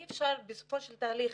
אי-אפשר, בסופו של תהליך,